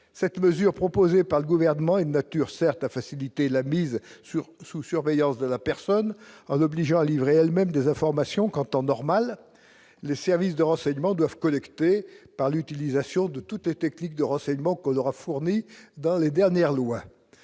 Cette mesure proposée par le gouvernement est de nature certes à faciliter la mise sur sous surveillance de la personne, en l'obligeant à livrer elle-même des informations qu'en temps normal, les services de renseignements doivent collecter par l'utilisation de toutes les techniques de renseignement que leur a fourni dans les dernières lois